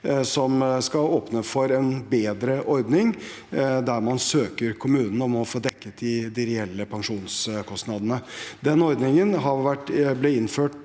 Det skal åpne for en bedre ordning, der man søker kommunen om å få dekket de reelle pensjonskostnadene. Den ordningen ble innført